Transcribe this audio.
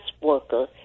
worker